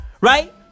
Right